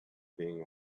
being